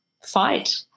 fight